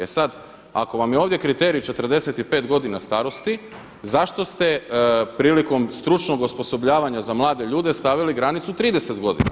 E sad, ako vam je ovdje kriterij 45 godina starosti zašto ste prilikom stručnog osposobljavanja za mlade ljude stavili granicu 30 godina.